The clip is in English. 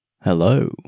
Hello